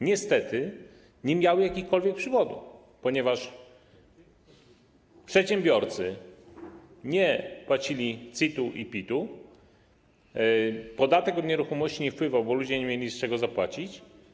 Niestety nie miały jakichkolwiek przychodów, ponieważ przedsiębiorcy nie płacili CIT-u ani PIT-u, podatek od nieruchomości nie wpływał, bo ludzie nie mieli z czego zapłacić.